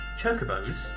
Chocobos